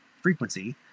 frequency